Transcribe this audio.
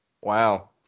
Wow